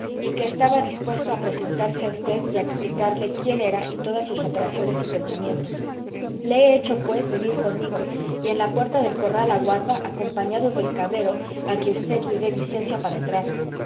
y que estaba dispuesto a presentarse a usted y a explicarle quién era y todas sus operaciones y pensamientos le he hecho pues venir conmigo y en la puerta del corral aguarda acompañado del cabrero a que usted le dé licencia para entrar